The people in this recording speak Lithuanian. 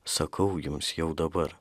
sakau jums jau dabar